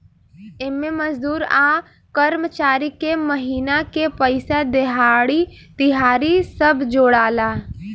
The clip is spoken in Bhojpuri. एमे मजदूर आ कर्मचारी के महिना के पइसा, देहाड़ी, तिहारी सब जोड़ाला